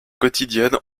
quotidiennes